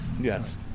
yes